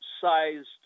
sized